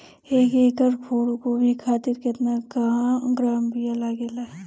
एक एकड़ फूल गोभी खातिर केतना ग्राम बीया लागेला?